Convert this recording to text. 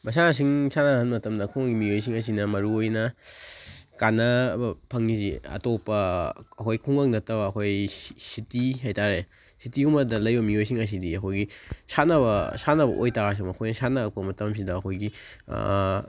ꯃꯁꯥꯟꯅꯁꯤꯡ ꯁꯥꯟꯅꯍꯟ ꯃꯇꯝꯗ ꯈꯨꯡꯒꯪꯒꯤ ꯃꯤꯑꯣꯏꯁꯤꯡ ꯑꯁꯤꯅ ꯃꯔꯨ ꯑꯣꯏꯅ ꯀꯥꯅꯕ ꯐꯪꯉꯤꯁꯤ ꯑꯇꯣꯞꯄ ꯑꯩꯈꯣꯏ ꯈꯨꯡꯒꯪ ꯅꯠꯇꯕ ꯑꯩꯈꯣꯏ ꯁꯤꯇꯤ ꯍꯥꯏꯇꯥꯔꯦ ꯁꯤꯇꯤꯒꯨꯝꯕꯗ ꯂꯩꯕ ꯃꯤꯑꯣꯏꯁꯤꯡ ꯑꯁꯤꯗꯤ ꯑꯩꯈꯣꯏꯒꯤ ꯁꯥꯟꯅꯕ ꯁꯥꯟꯅꯕ ꯑꯣꯏꯕꯇꯥꯔꯁꯨ ꯃꯈꯣꯏꯅ ꯁꯥꯟꯅꯔꯛꯄ ꯃꯇꯝꯁꯤꯗ ꯑꯩꯈꯣꯏꯒꯤ